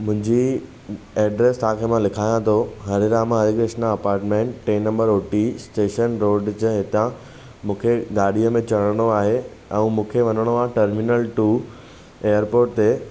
मुंहिंजी एड्रेस तव्हांखे मां लिखायां थो हरे रामा हरे कृष्णा अपार्टमेंट टे number O T station road जे हितां मूंखे गाॾीअ में चढ़णो आहे ऐं मूंखे वञणो आहे टर्मिनल टू एयरपोर्ट ते